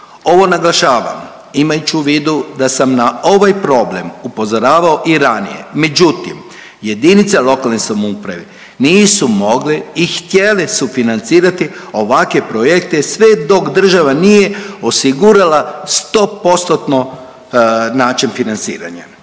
Ovo naglašavam imajući u vidu da sam na ovaj problem upozoravao i ranije, međutim jedinice lokalne samouprave nisu mogli i htjeli sufinancirati ovakve projekte sve dok država nije osigurala sto postotno način financiranja.